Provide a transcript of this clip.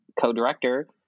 co-director